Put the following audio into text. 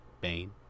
Bane